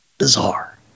Bizarre